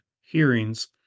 hearings